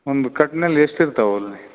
ಒಂದು ಕಟ್ನಲ್ಲಿ ಎಷ್ಟು ಇರ್ತಾವಲ್ಲಿ